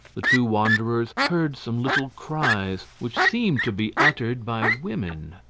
the two wanderers heard some little cries which seemed to be uttered by women.